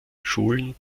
schulen